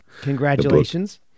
Congratulations